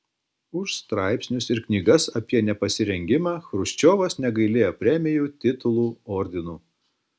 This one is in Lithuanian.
už straipsnius ir knygas apie nepasirengimą chruščiovas negailėjo premijų titulų ordinų